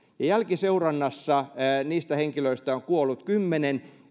ja jälkiseurannassa niistä henkilöistä on kuollut kymmenen